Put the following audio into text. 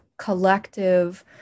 Collective